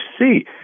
see